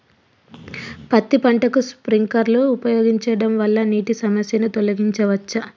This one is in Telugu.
పత్తి పంటకు స్ప్రింక్లర్లు ఉపయోగించడం వల్ల నీటి సమస్యను తొలగించవచ్చా?